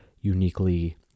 uniquely